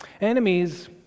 Enemies